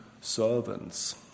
servants